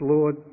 Lord